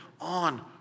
on